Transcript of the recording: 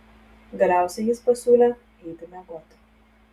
galiausiai jis pasiūlė eiti miegoti